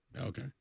Okay